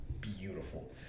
beautiful